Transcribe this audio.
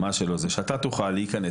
זה שאתה תוכל להיכנס.